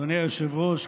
אדוני היושב-ראש,